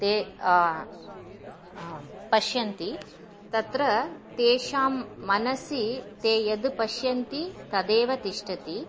ते पश्यन्ति तत्र तेषां मनसि ते यद् पश्यन्ति तदेव तिष्ठति